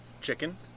chicken